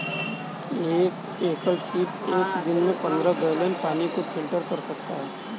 एक एकल सीप एक दिन में पन्द्रह गैलन पानी को फिल्टर कर सकता है